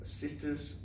sisters